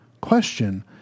Question